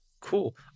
cool